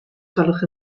gwelwch